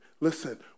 Listen